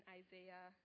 isaiah